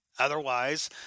Otherwise